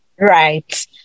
Right